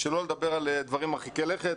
שלא לדבר על דברים מרחיקי לכת.